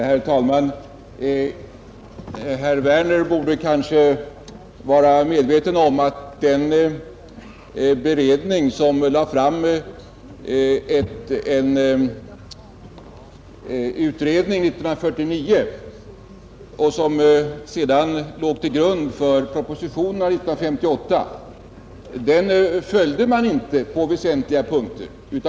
Herr talman! Herr Werner borde vara medveten om att den beredning Onsdagen den som lade fram sitt betänkande 1949, vilket sedan låg till grund för 14 april 1971 propositionen 1958, inte följdes på väsentliga punkter.